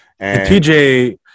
TJ